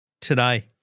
today